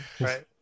Right